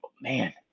man